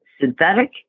synthetic